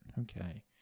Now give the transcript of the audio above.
Okay